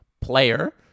player